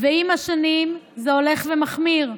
עם השנים זה הולך ומחמיר,